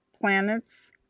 planets